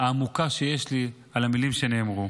העמוקה שיש לי מהמילים שנאמרו.